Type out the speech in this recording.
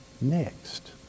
next